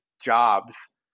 jobs